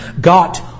got